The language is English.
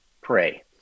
pray